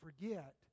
forget